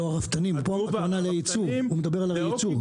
אלה רפתנים, הוא מדבר על הייצור.